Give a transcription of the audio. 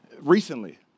recently